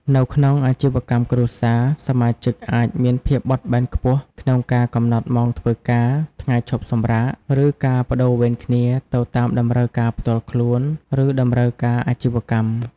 នៅក្នុងអាជីវកម្មគ្រួសារ សមាជិកអាចមានភាពបត់បែនខ្ពស់ក្នុងការកំណត់ម៉ោងធ្វើការ ថ្ងៃឈប់សម្រាក ឬការប្តូរវេនគ្នាទៅតាមតម្រូវការផ្ទាល់ខ្លួន ឬតម្រូវការអាជីវកម្ម។